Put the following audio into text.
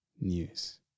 news